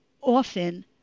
often